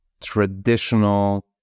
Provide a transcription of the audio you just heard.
traditional